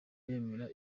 yemera